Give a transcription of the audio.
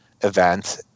event